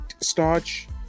Starch